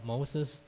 Moses